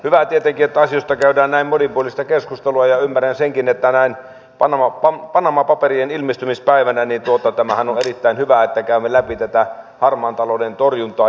hyvä tietenkin että asioista käydään näin monipuolista keskustelua ja ymmärrän senkin että näin panama paperien ilmestymispäivänä tämä on erittäin hyvä että käymme läpi harmaan talouden torjuntaa